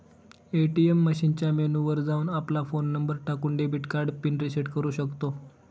ATM मशीनच्या menu वर जाऊन, आपला फोन नंबर टाकून, डेबिट कार्ड पिन रिसेट करू शकतो